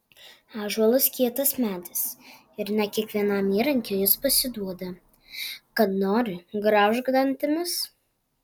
ąžuolas kietas medis ir ne kiekvienam įrankiui jis pasiduoda kad nori graužk dantimis